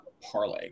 parlay